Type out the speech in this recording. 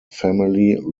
family